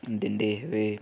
ਦਿੰਦੇ ਵੇ